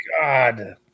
God